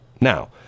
Now